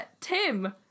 Tim